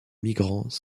migrants